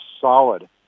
solid